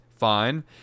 fine